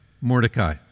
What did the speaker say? Mordecai